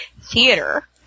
theater